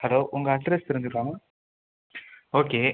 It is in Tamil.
ஹலோ உங்கள் அட்ரஸ் தெரிஞ்சுக்கலாமா ஓகே